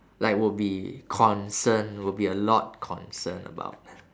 like would be concerned would be a lot concerned about